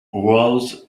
rose